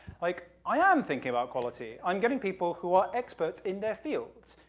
like i am thinking about quality. i'm getting people who are experts in their fields.